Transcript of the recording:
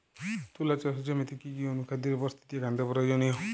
তুলা চাষের জমিতে কি কি অনুখাদ্যের উপস্থিতি একান্ত প্রয়োজনীয়?